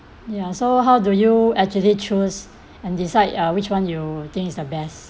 ya so how do you actually choose and decide uh which one you think is the best